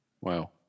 Wow